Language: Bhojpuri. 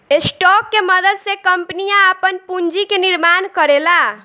स्टॉक के मदद से कंपनियां आपन पूंजी के निर्माण करेला